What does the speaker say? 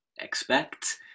expect